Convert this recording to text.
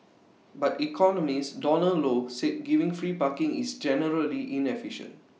but economist Donald low said giving free parking is generally inefficient